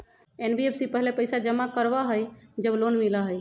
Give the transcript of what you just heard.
NBFC पहले पईसा जमा करवहई जब लोन मिलहई?